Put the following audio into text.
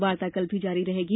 वार्ता कल भी जारी रहेगी